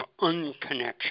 unconnection